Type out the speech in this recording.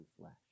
flesh